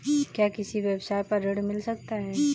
क्या किसी व्यवसाय पर ऋण मिल सकता है?